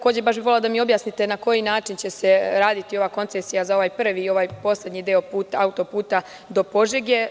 Volela bih da mi objasnite na koji način će se raditi ovaj koncesija za ovaj prvi i ovaj poslednji deo auto-puta do Požege.